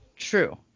True